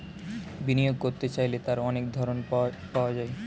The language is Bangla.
বিনিয়োগ করতে চাইলে তার অনেক ধরন পাওয়া যায়